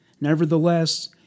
Nevertheless